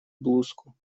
блузку